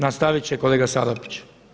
Nastaviti će kolega Salapić.